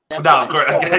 No